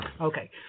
Okay